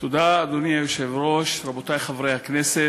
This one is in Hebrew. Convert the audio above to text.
אדוני היושב-ראש, תודה, רבותי חברי הכנסת,